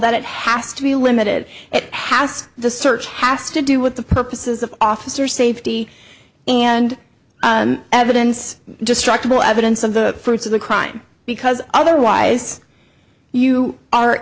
that it has to be limited it has the search has to do with the purposes of officer safety and evidence destructible evidence of the fruits of the crime because otherwise you are